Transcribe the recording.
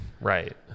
Right